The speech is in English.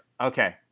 Okay